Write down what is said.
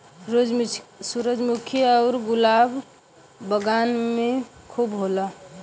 सूरजमुखी आउर गुलाब बगान में खूब होला